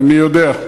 אני יודע.